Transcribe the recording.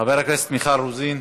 חברת הכנסת מיכל רוזין,